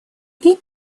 время